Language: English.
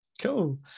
cool